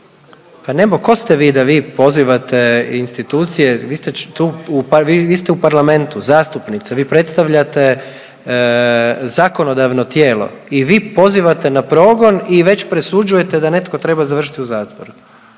Pa ko ste vi da vi pozivate institucije? Vi ste u Parlamentu, zastupnica, vi predstavljate zakonodavno tijelo i vi pozivate na progon i već presuđujete da netko treba završiti u zatvoru,